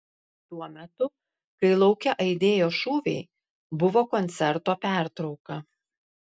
tuo metu kai lauke aidėjo šūviai buvo koncerto pertrauka